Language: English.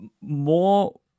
more